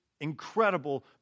incredible